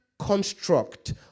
construct